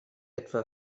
etwa